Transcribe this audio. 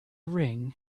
ring